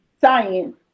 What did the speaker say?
science